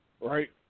Right